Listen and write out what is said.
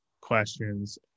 questions